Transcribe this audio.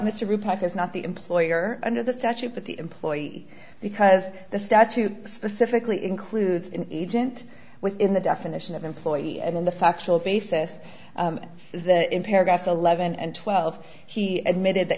mr repipe is not the employer under the statute but the employee because the statute specifically includes in age and within the definition of employee and in the factual basis that in paragraph eleven and twelve he admitted that